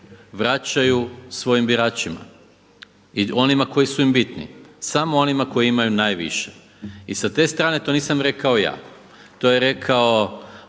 vraćaju svojim biračima i onima koji su im bitni samo onima koji imaju najviše. I sa ste strane to nisam rekao ja, to je rekao